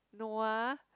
Noah